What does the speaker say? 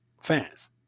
fans